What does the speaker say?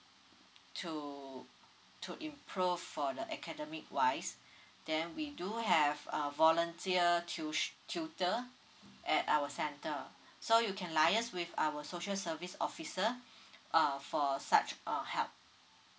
to to improve for the academic wise then we do have a volunteer tu~ tutor at our center so you can liaise with our social service officer err for such a help